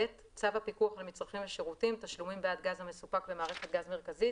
צו הפיקוח על מצרכים ושירותים (תשלומים בעד גז המסופק במערכת גז מרכזית)